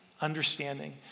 understanding